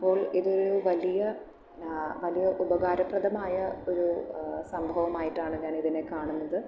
അപ്പോൾ ഇത് ഒരു വലിയ വലിയ ഉപകാരപ്രദമായ ഒരു സംഭവമായിട്ടാണ് ഞാൻ ഇതിനെ കാണുന്നത്